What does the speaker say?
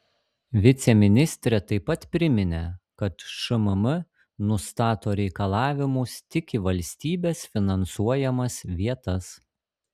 viceministrė taip pat priminė kad šmm nustato reikalavimus tik į valstybės finansuojamas vietas